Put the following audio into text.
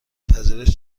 پذیرش